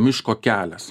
miško kelias